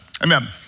Amen